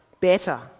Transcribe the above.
better